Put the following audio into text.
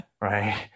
Right